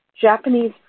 Japanese